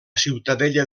ciutadella